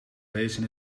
lezen